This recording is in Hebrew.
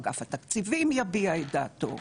אגף התקציבים יביע את דעתו.